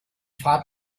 fahrt